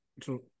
True